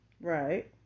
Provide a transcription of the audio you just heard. Right